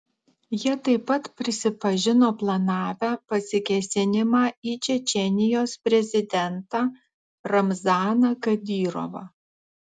jie taip pat prisipažino planavę pasikėsinimą į čečėnijos prezidentą ramzaną kadyrovą